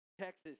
Texas